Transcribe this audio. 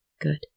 Good